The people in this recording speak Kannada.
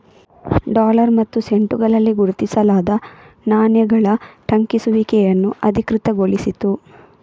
ಡಾಲರ್ ಮತ್ತು ಸೆಂಟುಗಳಲ್ಲಿ ಗುರುತಿಸಲಾದ ನಾಣ್ಯಗಳ ಟಂಕಿಸುವಿಕೆಯನ್ನು ಅಧಿಕೃತಗೊಳಿಸಿತು